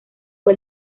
fue